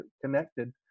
connected